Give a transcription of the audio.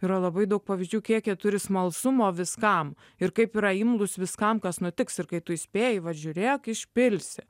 yra labai daug pavyzdžių kiek jie turi smalsumo viskam ir kaip yra imlūs viskam kas nutiks ir kai tu įspėji va žiūrėk išpilsi